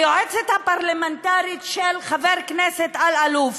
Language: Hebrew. היועצת הפרלמנטרית של חבר כנסת אלאלוף,